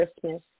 Christmas